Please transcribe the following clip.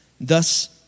Thus